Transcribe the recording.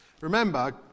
Remember